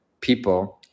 people